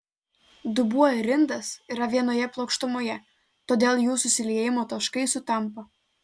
dubuo ir indas yra vienoje plokštumoje todėl jų susiliejimo taškai sutampa